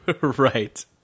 Right